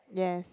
yes